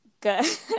good